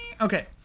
okay